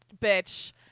bitch